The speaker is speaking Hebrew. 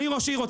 אני ראש עיר,